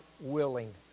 willing